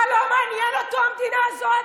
מה, לא מעניינת אותו המדינה הזאת?